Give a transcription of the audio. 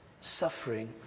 suffering